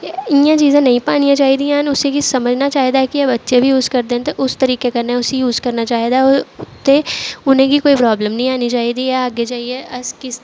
ते इ'यां चीजां नेईं पानियां चाहिदियां न उसी बी समझना चाहिदा ऐ कि बच्चे बी यूज करदे न ते उस तरीके कन्नै उसी यूज करना चाहिदा होर ते उ'नेंगी कोई प्राब्लम निं आनी चाहिदी ऐ अग्गें जाइयै अस किस